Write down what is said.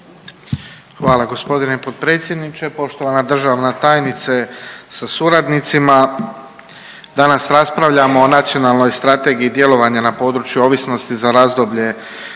Hvala gospodine potpredsjedniče, poštovana državna tajnice sa suradnicima. Danas raspravljamo o Nacionalnoj strategiji djelovanja na području ovisnosti za razdoblje